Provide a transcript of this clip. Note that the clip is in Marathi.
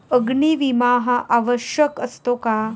अग्नी विमा हा आवश्यक असतो का?